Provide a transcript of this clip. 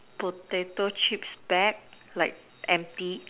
potato chips bag like empty